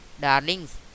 Darlings